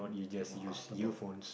more comfortable